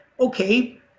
okay